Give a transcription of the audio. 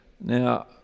Now